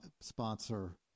sponsor